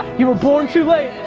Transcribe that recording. you were born too late.